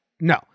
No